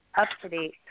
up-to-date